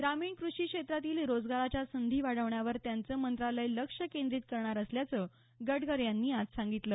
ग्रामीण कृषी क्षेत्रातील रोजगाराच्या संधी वाढवण्यावर त्यांचं मंत्रालय लक्ष केंद्रीत करणार असल्याचे गडकरी यांनी आज सांगितले